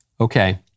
Okay